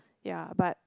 ya but